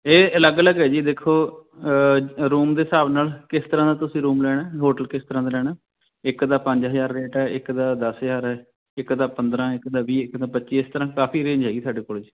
ਇਹ ਅਲੱਗ ਅਲੱਗ ਹੈ ਜੀ ਦੇਖੋ ਰੂਮ ਦੇ ਹਿਸਾਬ ਨਾਲ ਕਿਸ ਤਰ੍ਹਾਂ ਦਾ ਤੁਸੀਂ ਰੂਮ ਲੈਣਾ ਹੋਟਲ ਕਿਸ ਤਰ੍ਹਾਂ ਦਾ ਲੈਣਾ ਇੱਕ ਦਾ ਪੰਜ ਹਜ਼ਾਰ ਰੇਟ ਹੈ ਇੱਕ ਦਾ ਦਸ ਹਜ਼ਾਰ ਹੈ ਇੱਕ ਦਾ ਪੰਦਰ੍ਹਾਂ ਇੱਕ ਦਾ ਵੀਹ ਇੱਕ ਦਾ ਪੱਚੀ ਇਸ ਤਰ੍ਹਾਂ ਕਾਫੀ ਰੇਂਜ ਹੈਗੀ ਸਾਡੇ ਕੋਲ ਜੀ